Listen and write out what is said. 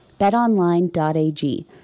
betonline.ag